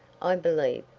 i believe,